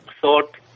thought